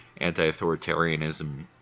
anti-authoritarianism